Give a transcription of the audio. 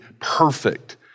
perfect